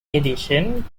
addition